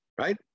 Right